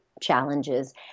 challenges